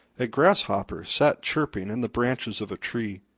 a grasshopper sat chirping in the branches of a tree.